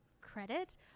credit